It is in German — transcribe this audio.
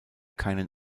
keinen